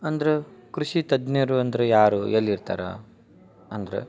ಅಂದ್ರ ಕೃಷಿ ತಜ್ಞರು ಅಂದರೆ ಯಾರು ಎಲ್ಲಿರ್ತಾರೆ ಅಂದ್ರ